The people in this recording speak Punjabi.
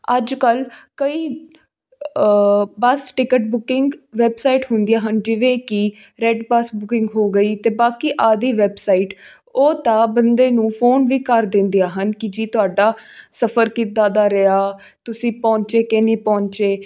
ਅੱਜ ਕੱਲ੍ਹ ਕਈ ਬੱਸ ਟਿਕਟ ਬੁਕਿੰਗ ਵੈਬਸਾਈਟ ਹੁੰਦੀਆਂ ਹਨ ਜਿਵੇਂ ਕਿ ਰੈਡਬੱਸ ਬੁਕਿੰਗ ਹੋ ਗਈ ਅਤੇ ਬਾਕੀ ਆਦਿ ਵੈੱਬਸਾਈਟ ਉਹ ਤਾਂ ਬੰਦੇ ਨੂੰ ਫੋਨ ਵੀ ਕਰ ਦਿੰਦੀਆਂ ਹਨ ਕਿ ਜੀ ਤੁਹਾਡਾ ਸਫ਼ਰ ਕਿੱਦਾਂ ਦਾ ਰਿਹਾ ਤੁਸੀਂ ਪਹੁੰਚੇ ਕੇ ਨਹੀਂ ਪਹੁੰਚੇ